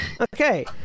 Okay